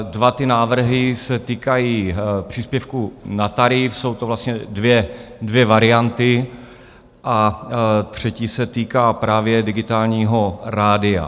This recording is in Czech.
Dva návrhy se týkají příspěvku na tarif, jsou to vlastně dvě varianty, a třetí se týká právě digitálního rádia.